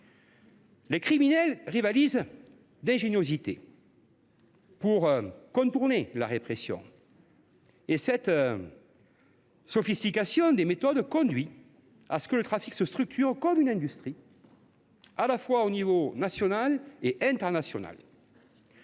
Les criminels rivalisent d’ingéniosité pour contourner la répression. Cette sophistication des méthodes conduit à ce que le trafic se structure comme une industrie, à l’échelon tant national qu’international.